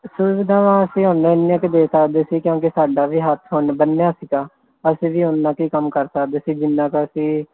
ਇੰਨੇ ਕੁ ਦੇ ਸਕਦੇ ਸੀ ਕਿਉਂਕਿ ਸਾਡਾ ਵੀ ਹੱਥ ਹੁਣ ਬੰਨਿਆ ਸੀਗਾ ਅਸੀਂ ਵੀ ਉੰਨਾ ਕੁ ਹੀ ਕੰਮ ਕਰ ਸਕਦੇ ਸੀ ਜਿੰਨਾ ਕੁ ਅਸੀਂ